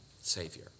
Savior